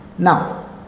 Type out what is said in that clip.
Now